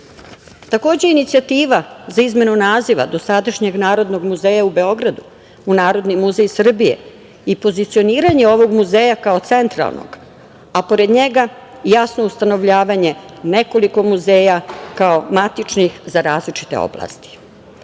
inicijativa za izmenu naziva dosadašnjeg Narodnog muzeja u Beogradu u Narodni muzej Srbije i pozicioniranje ovog muzeja kao centralnog, a pored njega jasno ustanovljavanje nekoliko muzeja kao matičnih za različite oblasti. Zatim,